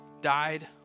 died